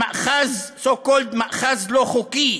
במאחז, so called, מאחז לא חוקי,